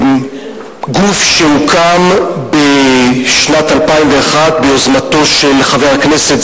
גוף שהוקם בשנת 2001 ביוזמתו של חבר הכנסת,